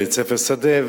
בית-ספר שדה,